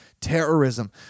terrorism